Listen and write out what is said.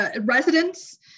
residents